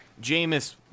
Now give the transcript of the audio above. Jameis